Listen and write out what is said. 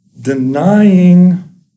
Denying